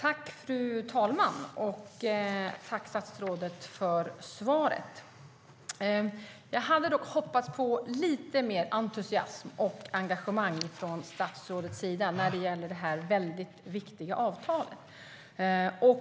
Fru talman! Jag tackar statsrådet för svaret. Jag hade dock hoppats på lite mer entusiasm och engagemang från statsrådets sida när det gäller detta väldigt viktiga avtal.